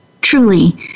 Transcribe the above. truly